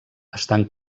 estan